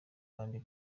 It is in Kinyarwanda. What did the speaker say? kandi